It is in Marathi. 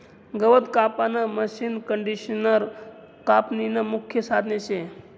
गवत कापानं मशीनकंडिशनर कापनीनं मुख्य साधन शे